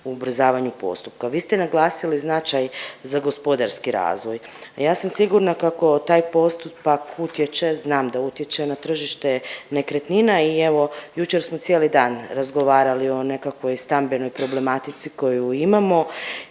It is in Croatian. ubrzavanju postupka. Vi ste naglasili značaj za gospodarski razvoj, a ja sam sigurna kako taj postupak utječe, znam da utječe na tržište nekretnina i evo jučer smo cijeli dan razgovarali o nekakvoj stambenoj problematici koju imamo